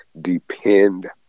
Depend